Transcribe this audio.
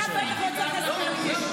אתה בטח לא צריך להסביר לי.